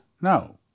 no